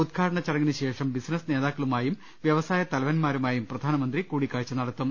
ഉദ്ഘാടന ചടങ്ങിന് ശേഷം ബിസി നസ് നേതാക്കളുമായും വ്യവസായ തലവന്മാരുമായും പ്രധാനമന്ത്രി കൂടി ക്കാഴ്ച നടത്തും